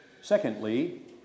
Secondly